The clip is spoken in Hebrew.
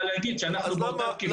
להגיד שאנחנו --- הכנו את התשתית.